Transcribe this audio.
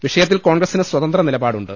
വിഷയത്തിൽ കോൺഗ്രസിന് സ്വതന്ത്ര നിലപാടുണ്ട്